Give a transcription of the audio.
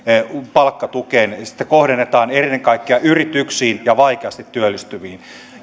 palkkatukeen sitä kohdennetaan ennen kaikkea yrityksiin ja vaikeasti työllistyviin